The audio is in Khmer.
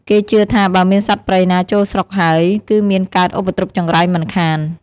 គេជឿថា បើមានសត្វព្រៃណាចូលស្រុកហើយ គឺមានកើតឧបទ្រុព្យចង្រៃមិនខាន។